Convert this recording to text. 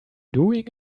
doing